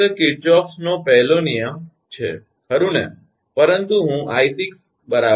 ફક્ત કિર્ચોફનો પહેલો નિયમKirchhoff's first law છેખરુ ને